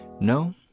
No